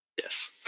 Yes